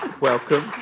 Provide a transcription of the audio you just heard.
Welcome